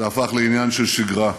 זה הפך לעניין של שגרה,